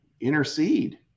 intercede